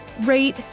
rate